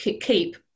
keep